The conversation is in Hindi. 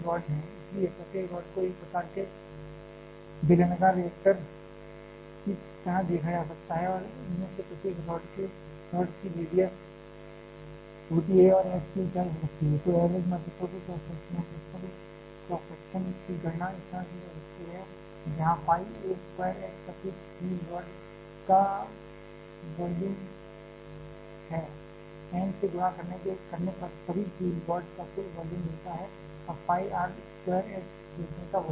इसलिए प्रत्येक रॉड को एक प्रकार के बेलनाकार रिएक्टर की तरह देखा जा सकता है और इनमें से प्रत्येक रॉड की रेडियस छोटी a और H की ऊंचाई होती है तो एवरेज मैक्रोस्कोपिक क्रॉस सेक्शन की गणना इस तरह की जा सकती है जहाँ pi a स्क्वायर H प्रत्येक फ्यूल रॉड का वॉल्यूम है n से गुणा करने पर सभी फ्यूल रॉड का कुल वॉल्यूम मिलता है और pi R square H reactor का वॉल्यूम है